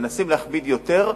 מנסים להכביד יותר,